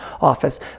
office